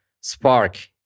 spark